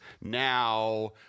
now